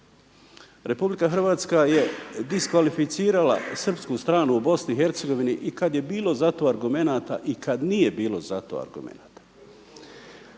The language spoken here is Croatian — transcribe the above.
Republika Hrvatska je diskvalificirala srpsku stranu u Bosni i Hercegovini i kad je bilo za to argumenata i kad nije bilo za to argumenata.